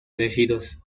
elegidos